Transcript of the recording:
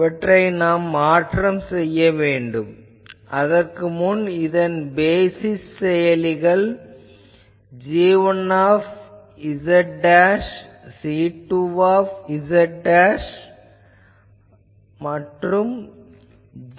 இவற்றை மாற்றம் செய்ய வேண்டும் அதற்கு முன் இதன் பேசிஸ் செயலிகள் g1z g2z